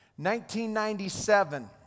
1997